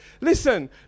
listen